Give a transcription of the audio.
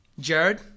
Jared